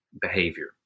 behavior